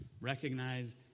Recognize